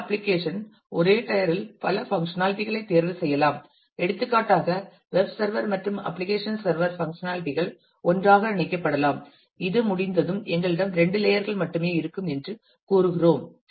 சில அப்ளிகேஷன் ஒரே டயர் இல் பல பங்க்ஷனாலிட்டி களைத் தேர்வுசெய்யலாம் எடுத்துக்காட்டாக வெப் சர்வர் மற்றும் அப்ளிகேஷன் சர்வர் பங்க்ஷனாலிட்டி கள் ஒன்றாக இணைக்கப்படலாம் இது முடிந்ததும் எங்களிடம் இரண்டு லேயர் கள் மட்டுமே இருக்கும் என்று கூறுகிறோம்